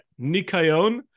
Nikayon